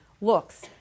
looks